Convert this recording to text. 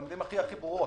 במילים הכי ברורות.